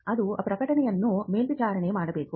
ಅದು ಪ್ರಕಟಣೆಯನ್ನು ಮೇಲ್ವಿಚಾರಣೆ ಮಾಡಬೇಕು